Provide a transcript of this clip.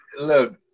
Look